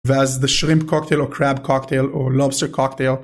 ואז את השרימפ קוקטייל או קראב קוקטייל או לובסטר קוקטייל